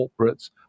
corporates